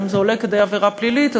אם זה עולה כדי עבירה פלילית,